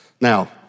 Now